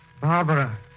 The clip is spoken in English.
Barbara